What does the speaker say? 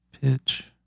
pitch